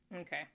Okay